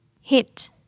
hit